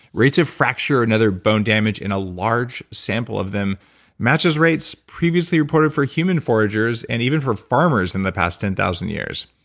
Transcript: rates of fracture and other bone damage in a large sample of them matches rates previously reported for human foragers, and even for farmers in the past ten thousand years.